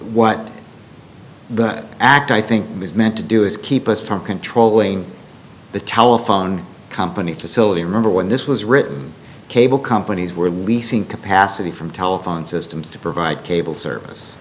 what the act i think was meant to do is keep us from controlling the telephone company facility remember when this was written cable companies were leasing capacity from telephone systems to provide cable service